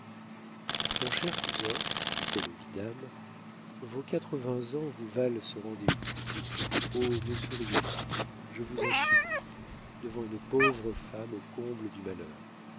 mon cher cousin dit-elle au vidame vos quatre-vingts ans vous valent ce rendez-vous oh ne souriez pas je vous en supplie devant une pauvre femme au comble du malheur